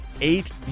eight